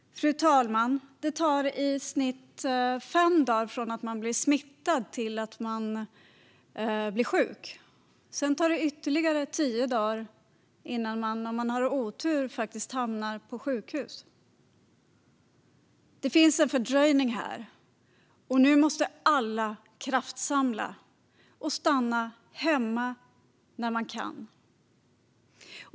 Fru talman! Det tar i snitt fem dagar från att man blir smittad till att man blir sjuk. Sedan tar det ytterligare tio dagar innan man, om man har otur, hamnar på sjukhus. Det finns en fördröjning här. Nu måste alla kraftsamla och stanna hemma när man kan.